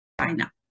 China